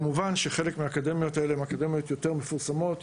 כמובן שחלק מהאקדמיות האלה הן יותר מפורסמות,